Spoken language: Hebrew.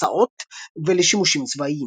מסעות ולשימושים צבאיים.